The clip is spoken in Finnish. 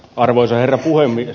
arvoisa herra puhemies